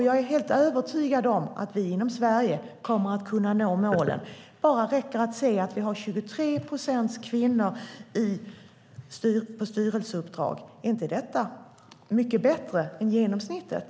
Jag är helt övertygad om att vi i Sverige kommer att kunna nå målen. Det räcker att se att vi har 23 procent kvinnor på styrelseuppdrag. Är inte detta mycket bättre än genomsnittet?